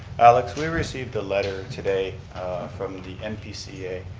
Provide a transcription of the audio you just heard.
alex, we received a letter today from the npca